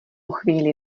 chvíli